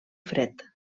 fred